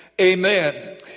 Amen